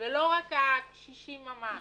אלה לא רק הקשישים ממש,